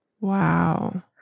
Wow